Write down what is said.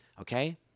okay